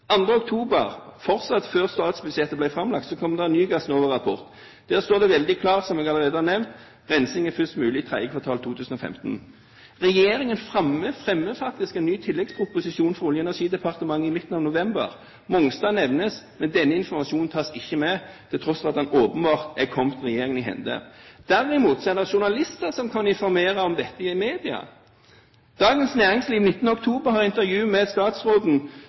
oktober – fortsatt før statsbudsjettet ble fremlagt – kom det en ny Gassnova-rapport. Der står det veldig klart, som jeg allerede har nevnt, at rensing først er mulig i tredje kvartal 2015. Regjeringen fremmet faktisk en ny tilleggsproposisjon fra Olje- og energidepartementet i midten av november. Mongstad nevnes, men denne informasjonen tas ikke med, til tross for at den åpenbart er kommet regjeringen i hende. Derimot er det journalister som kan informere om dette i media. Dagens Næringsliv har den 19. oktober 2009 et intervju med